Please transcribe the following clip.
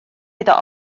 iddo